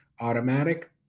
automatic